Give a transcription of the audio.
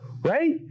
right